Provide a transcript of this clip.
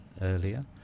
earlier